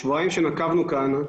השבועיים שנקבנו כאן,